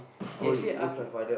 oh you working